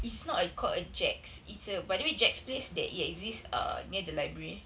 it's not like called a jack's it's a by the way jack's place there it exists uh near the library